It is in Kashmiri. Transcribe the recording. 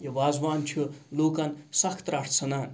یہِ وازوان چھُ لوٗکَن سخ ترٛٹھ ژھٕنان